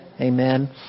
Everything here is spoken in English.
Amen